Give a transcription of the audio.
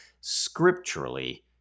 scripturally